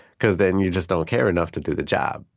because then you just don't care enough to do the job.